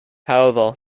however